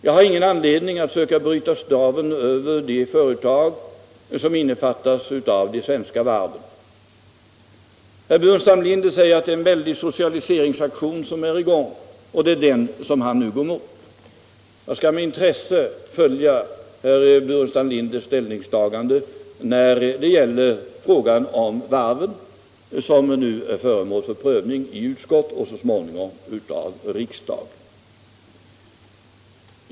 Jag har ingen anledning att försöka bryta staven över de svenska varven. Herr Burenstam Linder säger att det är en väldig socialiseringsaktion som är i gång, och det är den som han nu går emot. Jag skall med intresse följa herr Burenstam Linders ställningstagande när det gäller frågan om varven, som nu är föremål för prövning i utskott och så småningom skall avgöras av riksdagen.